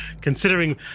Considering